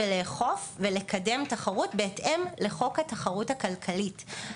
לאכוף ולקדם תחרות בהתאם לחוק התחרות הכלכלית.